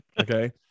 okay